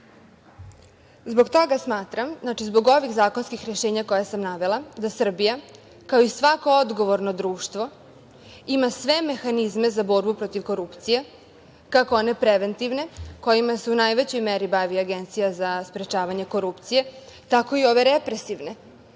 toga smatram, znači zbog ovih zakonskih rešenja koja sam navela, da Srbija, kao i svako odgovorno društvo, ima sve mehanizme za borbu protiv korupcije, kako one preventivne, kojima se u najvećoj meri bavi Agencija za sprečavanje korupcije, tako i ove represivne,